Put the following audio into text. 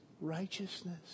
righteousness